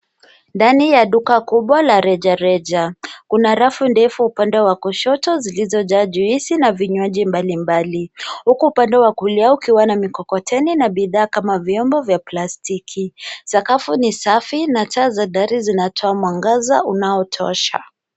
Ndani ya duka kubwa la rejareja. Kuna rafu ndefu upande wa kushoto zilizojaa juisi na vinywaji mbalimbali. Huko upande wa kulia ukiwa na mikokoteni na bidhaa kama vyombo vya plastiki .Sakafu ni safi na taa za dari zinatoa mwangaza unaotosha.